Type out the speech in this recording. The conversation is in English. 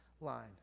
line